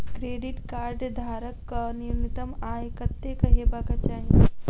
Credit card धारक कऽ न्यूनतम आय कत्तेक हेबाक चाहि?